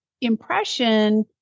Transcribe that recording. impression